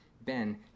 Ben